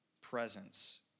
presence